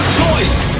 choice